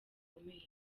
bukomeye